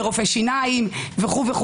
לרופא שיניים וכו'.